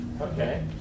Okay